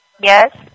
Yes